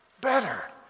better